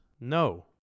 no